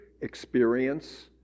experience